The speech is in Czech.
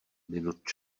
minut